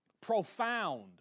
profound